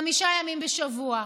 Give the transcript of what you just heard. חמישה ימים בשבוע,